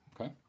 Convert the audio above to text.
Okay